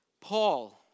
Paul